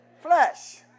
flesh